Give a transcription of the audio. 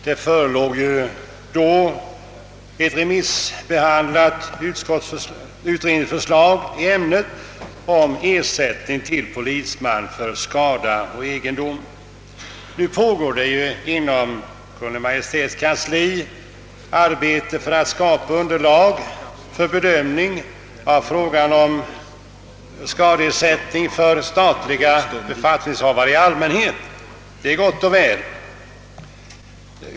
Det förelåg då ett remissbehandlat utredningsförslag om ersättning till polisman för skada på egendom. Nu pågår det inom Kungl. Maj:ts kansli arbete för att skapa underlag för bedömning av frågan om skadeersättning för statliga befattningshavare i allmänhet, och det är gott och väl.